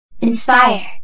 Inspire